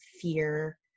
fear